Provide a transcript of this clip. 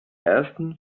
ersten